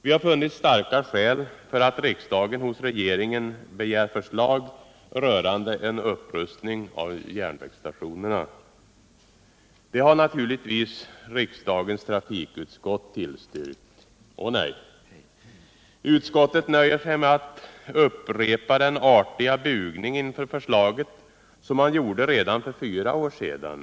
Vi har funnit starka skäl för att riksdagen hos regeringen begär förslag rörande en upprustning av järnvägsstationerna. Har då riksdagens trafikutskott tillstyrkt vårt förslag? Ånej! Utskottet nöjer sig med att upprepa den artiga bugning inför förslaget som man gjorde redan för fyra år sedan.